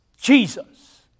Jesus